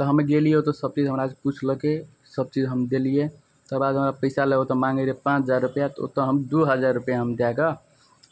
तऽ हमे गेलिए ओतऽ सबचीज हमरासे पुछलकै सबचीज हम देलिए तकर बाद पइसा ले ओतऽ माँगै रहै पाँच हजार रुपैआ तऽ ओतऽ हम दुइ हजार रुपैआ हम दैके